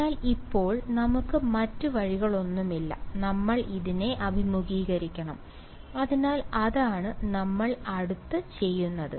അതിനാൽ ഇപ്പോൾ നമുക്ക് മറ്റ് വഴികളൊന്നുമില്ല നമ്മൾ ഇതിനെ അഭിമുഖീകരിക്കണം അതിനാൽ അതാണ് നമ്മൾ അടുത്ത് ചെയ്യുന്നത്